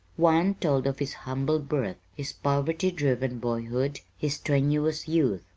one told of his humble birth, his poverty-driven boyhood, his strenuous youth.